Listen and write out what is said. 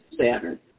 Saturn